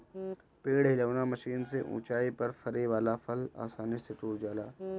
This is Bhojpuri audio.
पेड़ हिलौना मशीन से ऊंचाई पर फरे वाला फल आसानी से टूट जाला